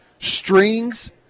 strings